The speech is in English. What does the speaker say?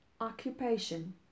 Occupation